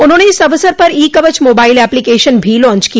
उन्होंने इस अवसर पर ई कवच मोबाइल एप्लीकेशन भी लांच किया